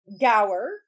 Gower